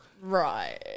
Right